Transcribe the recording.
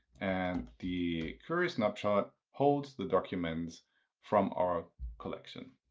and the querysnapshot holds the documents from our collection.